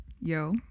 yo